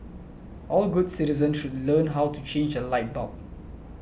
all good citizens should learn how to change a light bulb